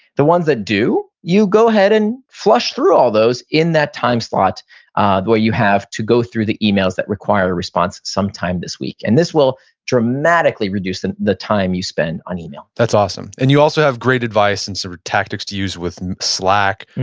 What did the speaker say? the ones that do, you go ahead and flush through all those in that time slot where you have to go through the emails that require a response sometime this week. and this will dramatically dramatically reduce the the time you spend on email that's awesome. and you also have great advice and sort of tactics to use with slack,